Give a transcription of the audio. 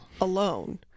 alone